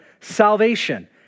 salvation